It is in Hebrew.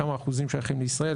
כמה אחוזים שייכים לישראל,